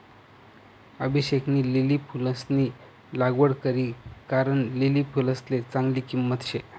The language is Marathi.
अभिषेकनी लिली फुलंसनी लागवड करी कारण लिली फुलसले चांगली किंमत शे